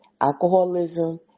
alcoholism